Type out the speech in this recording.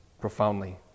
profoundly